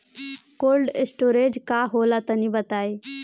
Cold storage का होला तनि बताई?